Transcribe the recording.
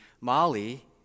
Molly